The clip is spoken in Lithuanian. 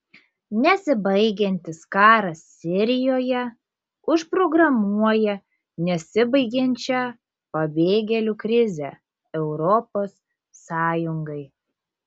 nesibaigiantis karas sirijoje užprogramuoja nesibaigiančią pabėgėlių krizę europos sąjungai